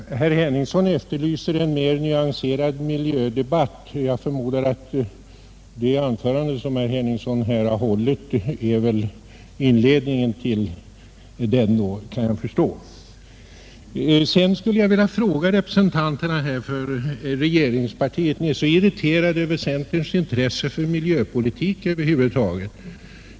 Herr talman! Herr Henningsson efterlyser en mera nyanserad miljödebatt. Jag förmodar att det anförande som herr Henningsson hållit här är inledningen till denna. Jag skulle vilja ställa en fråga till representanterna för regeringspartiet. Ni är så irriterade över centerns intresse för miljöpolitik över huvud taget.